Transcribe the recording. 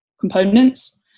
components